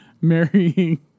marrying